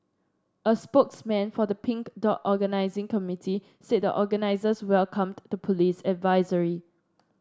a spokesman for the Pink Dot organising committee said the organisers welcomed the police advisory